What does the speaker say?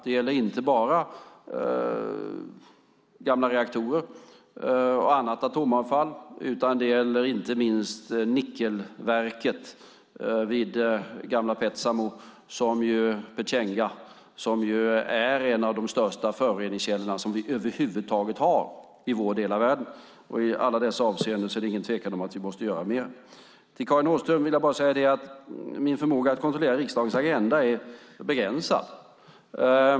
Det gäller inte bara gamla reaktorer och annat atomavfall utan det gäller inte minst nickelverket vid gamla Petsamo, Petjenga, som ju är en av de största föroreningskällor som vi över huvud taget har i vår del av världen. I alla dessa avseenden är det ingen tvekan om att vi måste göra mer. Till Karin Åström vill jag bara säga att min förmåga att kontrollera riksdagens agenda är begränsad.